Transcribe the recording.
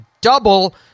double